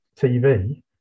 TV